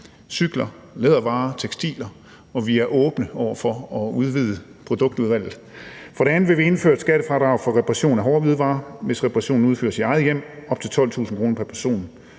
cykler, lædervarer, tekstiler, og vi er åbne over for at udvide produktudvalget. For det andet vil vi indføre et skattefradrag for reparation af hårde hvidevarer, hvis reparationen udføres i eget hjem, på op til 12.000 kr. pr. person.